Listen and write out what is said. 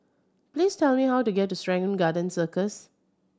please tell me how to get to Serangoon Garden Circus